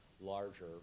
larger